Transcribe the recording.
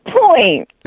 point